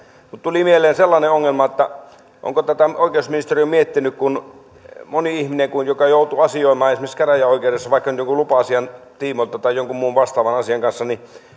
mutta tuli mieleen sellainen ongelma onko tätä oikeusministeriö miettinyt kun monelle ihmiselle joka joutuu asioimaan esimerkiksi käräjäoikeudessa vaikka nyt jonkun lupa asian tiimoilta tai jonkun muun vastaavan asian kanssa